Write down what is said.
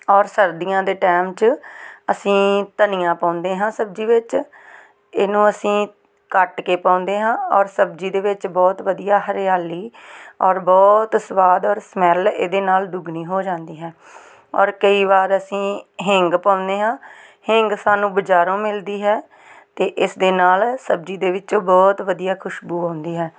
ਔਰ ਸਰਦੀਆਂ ਦੇ ਟਾਈਮ 'ਚ ਅਸੀਂ ਧਨੀਆਂ ਪਾਉਂਦੇ ਹਾਂ ਸਬਜ਼ੀ ਵਿੱਚ ਇਹਨੂੰ ਅਸੀਂ ਕੱਟ ਕੇ ਪਾਉਂਦੇ ਹਾਂ ਔਰ ਸਬਜ਼ੀ ਦੇ ਵਿੱਚ ਬਹੁਤ ਵਧੀਆ ਹਰਿਆਲੀ ਔਰ ਬਹੁਤ ਸਵਾਦ ਔਰ ਸਮੈਲ ਇਹਦੇ ਨਾਲ ਦੁੱਗਣੀ ਹੋ ਜਾਂਦੀ ਹੈ ਔਰ ਕਈ ਵਾਰ ਅਸੀਂ ਹਿੰਗ ਪਾਉਂਦੇ ਹਾਂ ਹਿੰਗ ਸਾਨੂੰ ਬਾਜ਼ਾਰੋਂ ਮਿਲਦੀ ਹੈ ਅਤੇ ਇਸ ਦੇ ਨਾਲ ਸਬਜ਼ੀ ਦੇ ਵਿੱਚ ਬਹੁਤ ਵਧੀਆ ਖੁਸ਼ਬੂ ਆਉਂਦੀ ਹੈ